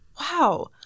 Wow